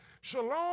Shalom